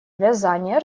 вязания